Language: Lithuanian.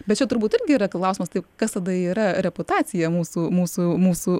bet čia turbūt irgi yra klausimas tai kas tada yra reputacija mūsų mūsų mūsų